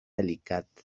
alicante